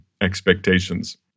expectations